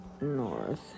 north